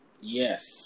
Yes